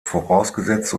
vorausgesetzt